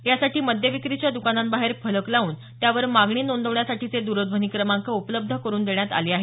यासाठी मद्यविक्रीच्या द्कानांबाहेर फलक लावून त्यावर मागणी नोंदवण्यासाठीचे द्रध्वनी क्रमांक उपलब्ध करून देण्यात आले आहेत